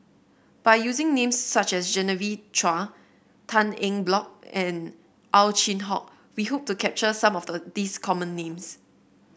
by using names such as Genevieve Chua Tan Eng Bock and Ow Chin Hock we hope to capture some of the these common names